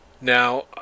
now